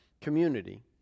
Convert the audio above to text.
Community